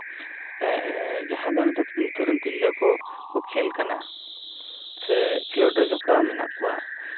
ᱮᱜ ᱡᱟᱦᱟᱸ ᱫᱚ ᱱᱤᱛᱚᱜ ᱱᱤᱛᱚᱜ ᱨᱮᱱ ᱛᱤᱨᱞᱟᱹ ᱠᱚ ᱠᱷᱮᱞ ᱠᱟᱱᱟ ᱥᱮ ᱠᱷᱮᱞᱳᱰ ᱨᱮ ᱡᱚᱯᱲᱟᱣ ᱢᱮᱱᱟᱜ ᱠᱚᱣᱟ